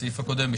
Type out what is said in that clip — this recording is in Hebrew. בסעיף הקודם ,